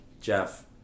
Jeff